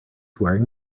wearing